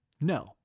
No